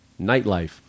nightlife